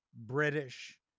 British